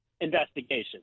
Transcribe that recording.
investigation